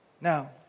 Now